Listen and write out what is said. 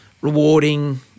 rewarding